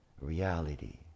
reality